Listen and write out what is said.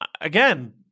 Again